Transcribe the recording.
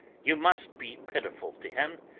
you must be pitiful to him,